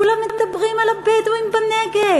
"כולם מדברים על הבדואים בנגב",